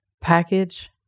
package